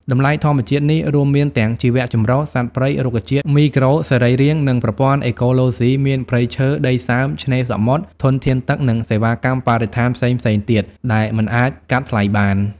តម្លៃធម្មជាតិនេះ រួមមានទាំងជីវៈចម្រុះ សត្វព្រៃ រុក្ខជាតិ មីក្រូសរីរាង្គ និងប្រព័ន្ធអេកូឡូស៊ីមាន ព្រៃឈើ ដីសើម ឆ្នេរសមុទ្រ ធនធានទឹក និងសេវាកម្មបរិស្ថានផ្សេងៗទៀតដែលមិនអាចកាត់ថ្លៃបាន។